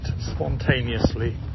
spontaneously